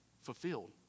fulfilled